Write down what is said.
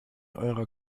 eurer